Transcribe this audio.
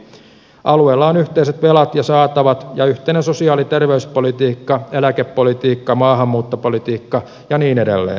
alueella on yhteiset velat ja saatavat yhteinen sosiaali ja terveyspolitiikka eläkepolitiikka maahanmuuttopolitiikka ja niin edelleen